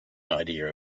idea